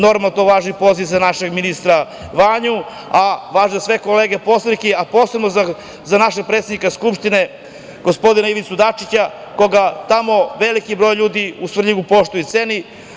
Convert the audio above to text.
Normalno, poziv važi i za našeg ministra Vanju, a važi i za sve kolege poslanike, a posebno za našeg predsednika Skupštine gospodina Ivicu Dačića, koga tamo veliki broj ljudi u Svrljigu poštuje i ceni.